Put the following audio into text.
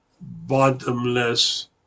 bottomless